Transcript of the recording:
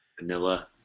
Vanilla